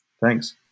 Thanks